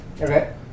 Okay